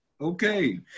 Okay